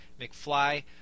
McFly